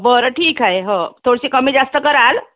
बरं ठीक आहे हो थोडीशी कमी जास्त कराल